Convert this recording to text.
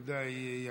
הוא די יעיל.